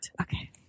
Okay